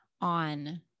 on